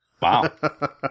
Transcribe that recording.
Wow